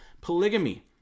polygamy